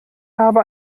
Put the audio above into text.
habe